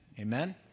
Amen